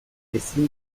ezin